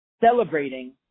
celebrating